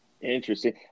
Interesting